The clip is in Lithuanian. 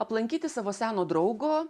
aplankyti savo seno draugo